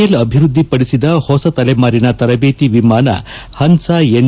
L ಅಭಿವ್ಯದ್ಲಿಪಡಿಸಿದ ಹೊಸ ತಲೆಮಾರಿನ ತರಬೇತಿ ವಿಮಾನ ಹನ್ನಾ ಎನ್